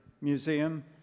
Museum